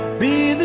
be